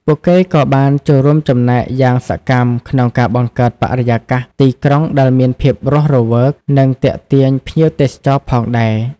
ពួកគេក៏បានចូលរួមចំណែកយ៉ាងសកម្មក្នុងការបង្កើតបរិយាកាសទីក្រុងដែលមានភាពរស់រវើក និងទាក់ទាញភ្ញៀវទេសចរណ៍ផងដែរ ។